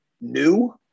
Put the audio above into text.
new